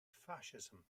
fascism